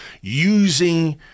using